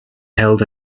held